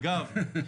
אגב,